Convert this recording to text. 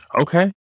okay